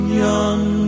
young